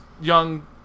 young